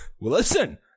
listen